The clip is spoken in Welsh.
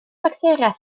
facteria